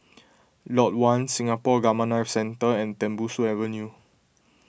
Lot one Singapore Gamma Knife Centre and Tembusu Avenue